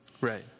right